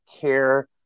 care